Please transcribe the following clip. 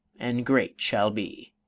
and great shall be!